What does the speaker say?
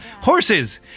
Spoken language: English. horses